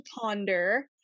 ponder